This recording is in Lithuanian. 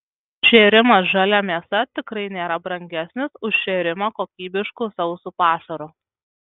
šėrimas žalia mėsa tikrai nėra brangesnis už šėrimą kokybišku sausu pašaru